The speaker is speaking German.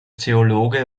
theologe